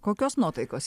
kokios nuotaikos